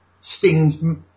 Sting's